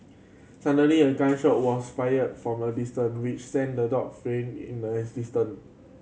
suddenly a gun shot was fired from a distance which sent the dog flee in an instant